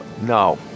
No